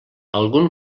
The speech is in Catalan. algun